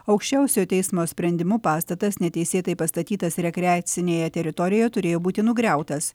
aukščiausiojo teismo sprendimu pastatas neteisėtai pastatytas rekreacinėje teritorijoje turėjo būti nugriautas